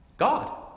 God